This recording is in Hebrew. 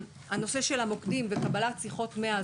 הנושא של המוקדים וקבלת השיחות למוקד 100: